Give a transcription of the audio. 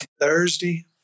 Thursday